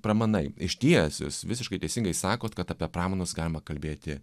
pramanai išties jūs visiškai teisingai sakot kad apie pramanus galima kalbėti